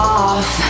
off